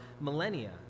millennia